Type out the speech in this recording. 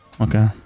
okay